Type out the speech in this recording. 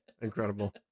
Incredible